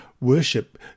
worship